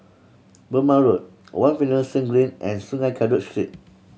Burmah Road One Finlayson Green and Sungei Kadut Street